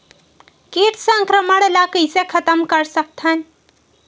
कीट संक्रमण ला कइसे खतम कर सकथन?